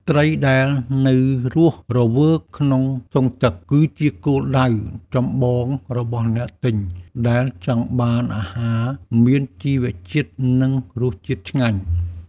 ត្រីដែលនៅរស់រវើកក្នុងធុងទឹក គឺជាគោលដៅចម្បងរបស់អ្នកទិញដែលចង់បានអាហារមានជីវជាតិនិងរសជាតិឆ្ងាញ់។